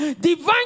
divine